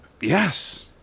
Yes